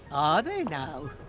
are they, now?